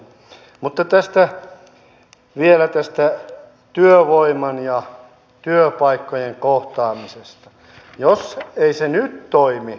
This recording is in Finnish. mutta tästä vielä tästä työvoiman ja työpaikkojen kohtaamisesta jossa minusta se toimi